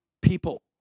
people